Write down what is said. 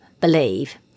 Believe